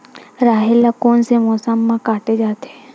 राहेर ल कोन से मौसम म काटे जाथे?